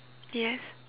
yes